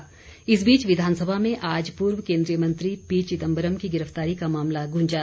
walkout इस बीच विधानसभा में आज पूर्व केंद्रीय मंत्री पी चिदंबरम की गिरफ्तारी का मामला गूंजा